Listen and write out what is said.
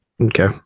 okay